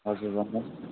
हजुर भन्नुहोस्